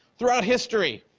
throughout history.